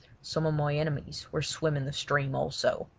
some of my enemies were swimming the stream also.